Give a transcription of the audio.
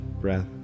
breath